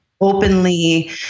openly